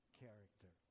character